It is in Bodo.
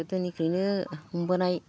गोदोनिफ्रायनो हमबोनाय